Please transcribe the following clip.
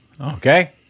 Okay